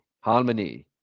harmony